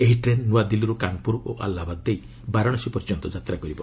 ଏହି ଟ୍ରେନ୍ ନୂଆଦିଲ୍ଲୀରୁ କାନ୍ପୁର ଓ ଆହ୍ଲାବାଦ୍ ଦେଇ ବାରାଣାସୀ ପର୍ଯ୍ୟନ୍ତ ଯାତ୍ରା କରିବ